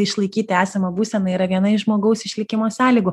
išlaikyti esamą būseną yra viena iš žmogaus išlikimo sąlygų